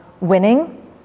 winning